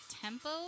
Tempo